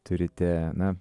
turite na